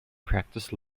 practice